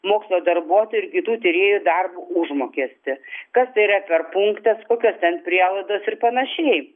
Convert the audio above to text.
mokslo darbuotojų ir kitų tyrėjų darbo užmokestį kas tai yra per punktas kokios ten prielaidos ir panašiai